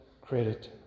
credit